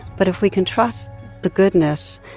but if we can trust the goodness,